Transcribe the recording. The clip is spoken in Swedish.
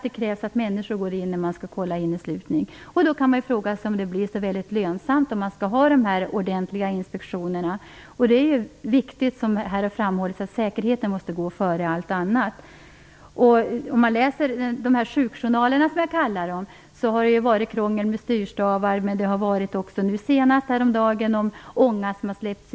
Det krävs att människor går in och kollar inneslutningen. Då kan man fråga sig om det blir så lönsamt med dessa ordentliga inspektioner. Det är viktigt, som här har framhållits, att säkerheten måste gå före allt annat. Om man läser dessa sjukjournaler, som jag kallar dem, finner man att det har varit krångel med styrstavar. Häromdagen släpptes ånga ut till omgivningen.